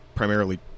primarily